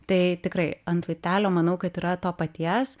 tai tikrai ant laiptelio manau kad yra to paties